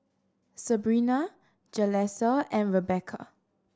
Sebrina Jalissa and Rebecca